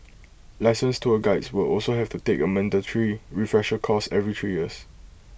licensed tour Guides will also have to take A mandatory refresher course every three years